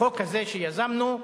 החוק הזה, שיזמנו,